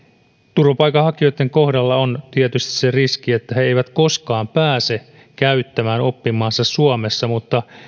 turvapaikanhakijoitten kohdalla on tietysti se riski että he eivät koskaan pääse käyttämään oppimaansa suomessa mutta